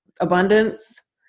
abundance